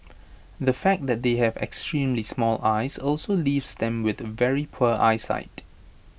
the fact that they have extremely small eyes also leaves them with very poor eyesight